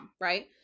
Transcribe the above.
Right